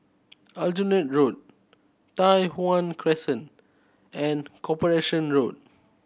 Aljunied Road Tai Hwan Crescent and Corporation Road